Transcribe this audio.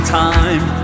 time